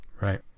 right